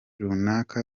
runaka